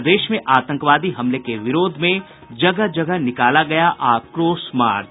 प्रदेश में आतंकवादी हमले के विरोध में जगह जगह निकाला गया आक्रोश मार्च